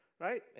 right